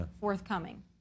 forthcoming